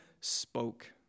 spoke